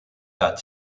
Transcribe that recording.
that